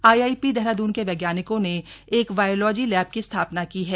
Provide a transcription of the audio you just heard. IIP Dehradun के वैज्ञानिकों ने एक वायरोलॉजी लैब की स्थापना की है